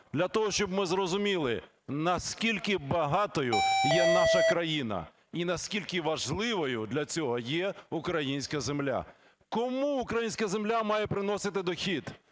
Для того, щоб ми зрозуміли, наскільки багатою є наша країна і наскільки важливою для цього є українська земля. Кому українська земля має приносити дохід?